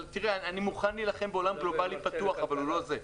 אבל אני מוכן להילחם בעולם גלובלי פתוח אבל הוא לזה.